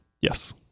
Yes